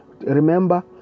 remember